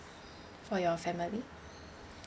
for your family